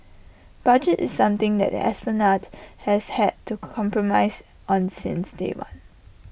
budget is something that the esplanade has had to compromise on since day one